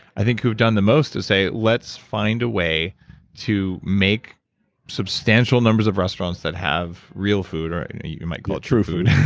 i think, who have done the most to say, let's find a way to make substantial numbers of restaurants that have real food. or you might call it true food.